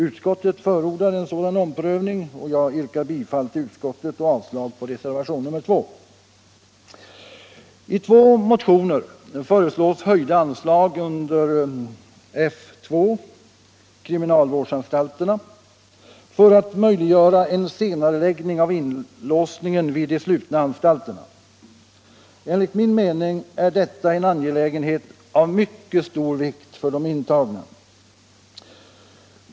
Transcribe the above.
Utskottet förordar en sådan omprövning, och jag yrkar bifall till utskottets hemställan och avslag på reservationen 2. I två motioner föreslås höjda anslag under F 2 Kriminalvårdsanstalterna för att möjliggöra en senareläggning av kvällslåsningen vid de slutna anstalterna. Enligt min mening är detta en angelägenhet av mycket stor vikt för de intagna.